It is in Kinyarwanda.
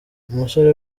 umusore